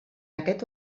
aquest